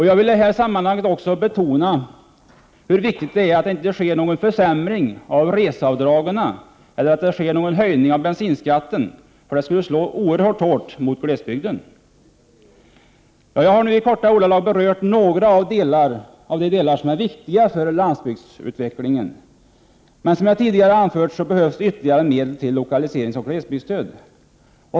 Jag vill i detta sammanhang betona hur viktigt det är att det inte sker någon försämring av reseavdragen eller någon bensinskattehöjning. Detta skulle slå oerhört hårt mot glesbygden. Jag har nu i korta ordalag berört några av de delar som är viktiga för landsbygdsutvecklingen, men som jag tidigare har anfört, behövs ytterligare medel till lokaliseringsoch glesbygdsstöd.